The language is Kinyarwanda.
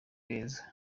beza